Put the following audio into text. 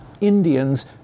Indians